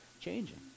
changing